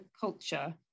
culture